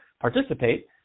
participate